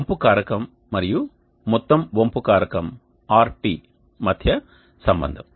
వంపు కారకం మరియు మొత్తం వంపు కారకం Rt మధ్య సంబంధం